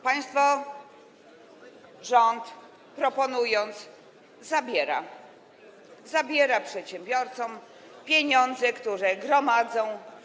Państwo, rząd, proponując to, zabiera, zabiera przedsiębiorcom pieniądze, które gromadzą.